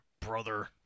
brother